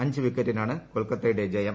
അഞ്ച് വിക്കറ്റിനാണ് കൊൽക്കത്തയുടെ ജയം